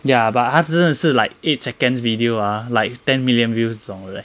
ya but 他真的是 like eight seconds video ah like ten million views 这种的 leh